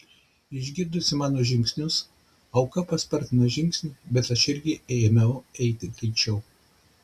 išgirdusi mano žingsnius auka paspartino žingsnį bet aš irgi ėmiau eiti greičiau